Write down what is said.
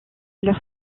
leur